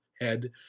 head